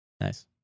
nice